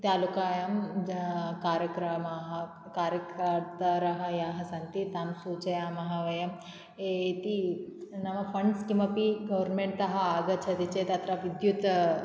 तालुकायां कार्यक्रमाः कार्यकर्तारः याः सन्ति तां सूचयामः वयम् इति नाम फण्ड्स् किमपि गवर्नमेण्ट्तः आगच्छति चेत् अत्र विद्युत्